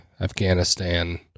Afghanistan